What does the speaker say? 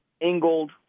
Ingold